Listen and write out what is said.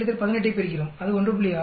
4 18 ஐப் பெறுகிறோம் அது 1